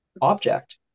object